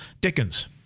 Dickens